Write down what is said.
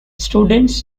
students